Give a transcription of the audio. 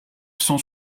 cent